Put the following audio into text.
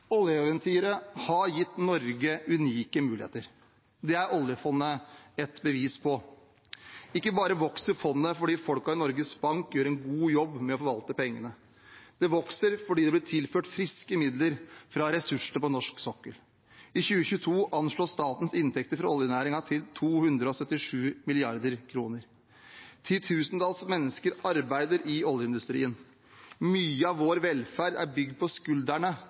Oljeeventyret har gitt Norge unike muligheter. Det er oljefondet et bevis på. Ikke bare vokser fondet fordi folkene i Norges Bank gjør en god jobb med å forvalte pengene, det vokser fordi det blir tilført friske midler fra ressursene på norsk sokkel. I 2022 anslås statens inntekter fra oljenæringen til 277 mrd. kr. Titusentalls mennesker arbeider i oljeindustrien. Mye av vår velferd er bygd på